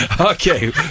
Okay